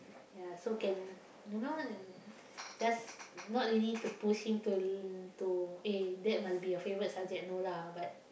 ya so can you know uh that's not easy to push him to uh to eh that must be your favourite subject no lah but